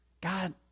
God